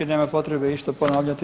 Nema potrebe išta ponavljati.